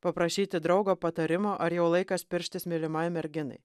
paprašyti draugo patarimo ar jau laikas pirštis mylimai merginai